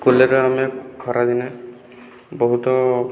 cooler ଆମେ ଖରାଦିନେ ବହୁତ